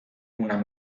una